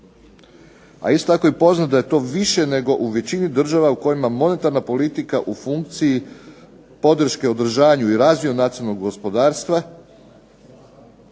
a isto tako je poznato da je to više nego u većini država u kojima monetarna politika u funkciji podrške održavanju i razvoju nacionalnog gospodarstva,